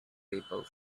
people